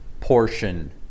portion